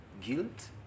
Guilt